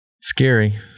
scary